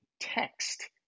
text